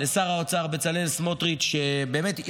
לשר האוצר בצלאל סמוטריץ' שבאמת,